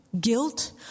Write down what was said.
Guilt